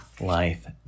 life